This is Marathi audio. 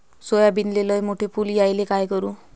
सोयाबीनले लयमोठे फुल यायले काय करू?